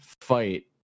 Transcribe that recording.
fight